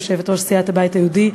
יושבת-ראש סיעת הבית היהודי,